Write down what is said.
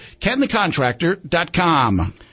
kenthecontractor.com